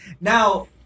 Now